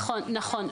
נכון.